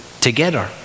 Together